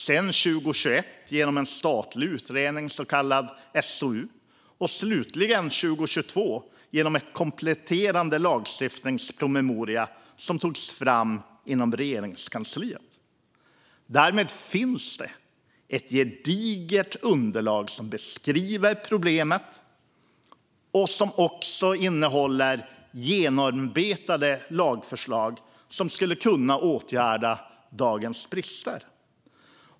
År 2021 gjordes en statlig utredning, så kallad SOU. År 2022 gjordes slutligen en kompletterande lagstiftningspromemoria som togs fram inom Regeringskansliet. Därmed finns ett gediget underlag som beskriver problemet och som också innehåller genomarbetade lagförslag för att åtgärda dagens brister.